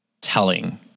telling